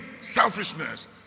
Selfishness